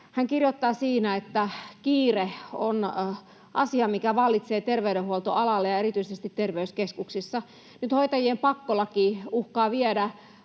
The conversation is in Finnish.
Hän kirjoittaa siinä, että kiire on asia, mikä vallitsee terveydenhuoltoalalla ja erityisesti terveyskeskuksissa. Nyt hoitajien pakkolaki uhkaa viedä